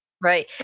Right